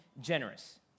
generous